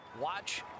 Watch